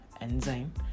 enzyme